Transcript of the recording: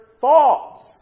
thoughts